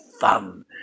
fun